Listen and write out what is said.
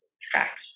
track